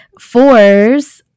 fours